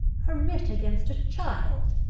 a writ against a child!